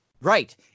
Right